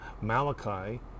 Malachi